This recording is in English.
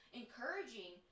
encouraging